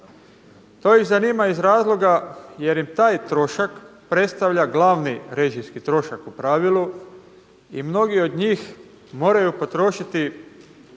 To iz zanima iz razloga jer im taj trošak predstavlja glavni režijski trošak po pravilu i mnogi od njih moraju potrošiti